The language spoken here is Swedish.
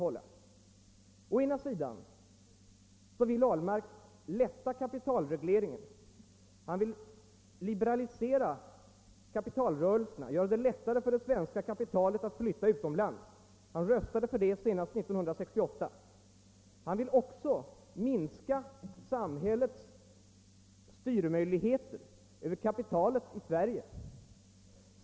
Å ena sidan vill han lätta kapitalregleringen och liberalisera kapitalrörelserna, göra det lättare för det svenska kapitalet att flytta utomlands — han röstade för det senast 1968. Vidare vill han minska samhällets styr-. möjligheter över kapitalet i Sverige.